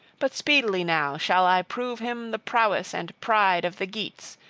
but speedily now shall i prove him the prowess and pride of the geats,